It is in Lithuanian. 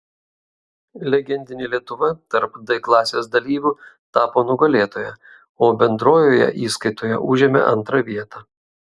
legendinė lietuva tarp d klasės dalyvių tapo nugalėtoja o bendrojoje įskaitoje užėmė antrą vietą